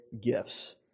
gifts